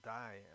die